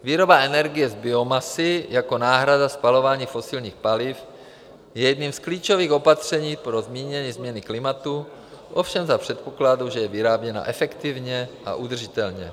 Výroba energie z biomasy jako náhrada spalování fosilních paliv je jedním z klíčových opatření pro zmírnění změny klimatu, ovšem za předpokladu, že je vyráběna efektivně a udržitelně.